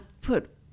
put